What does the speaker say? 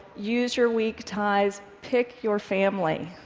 use your weak ties, pick your family.